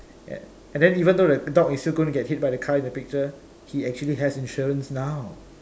and and then even though the dog is still gonna get hit by the car in the picture he actually has insurance now